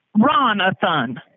Ronathan